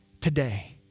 today